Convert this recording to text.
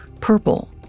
Purple